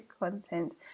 content